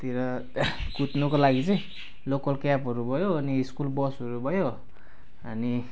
तिर कुद्नुको लागि चाहिँ लोकल क्याबहरू भयो अनि स्कुल बसहरू भयो अनि